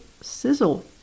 Sizzle